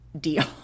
deal